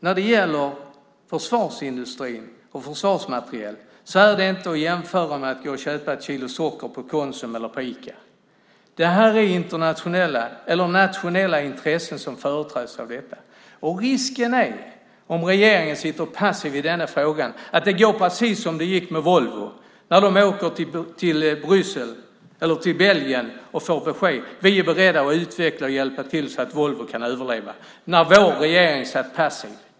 När det gäller försvarsindustrin och försvarsmateriel går det inte att jämföra med att gå och köpa ett kilo socker på Konsum eller Ica. Det är nationella intressen som företräds. Risken är att om regeringen sitter passiv i denna fråga går det precis som det gick för Volvo. De åker till Belgien och får besked: Vi är beredda att utveckla och hjälpa till så att Volvo ska överleva. Under tiden sitter vår regering passiv.